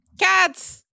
Cats